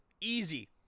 easy